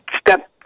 step